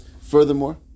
Furthermore